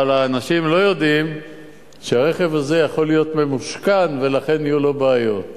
אבל האנשים לא יודעים שהרכב הזה יכול להיות ממושכן ולכן יהיו לו בעיות.